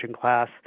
class